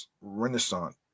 renaissance